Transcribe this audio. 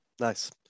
Nice